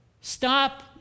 Stop